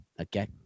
Okay